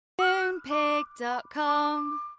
MoonPig.com